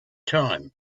time